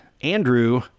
Andrew